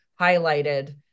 highlighted